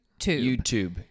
YouTube